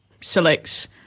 selects